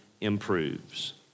improves